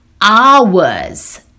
hours